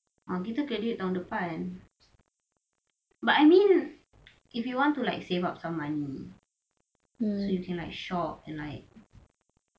ah kita graduate tahun depan but I mean if you want to like save up some money so you can like shop and like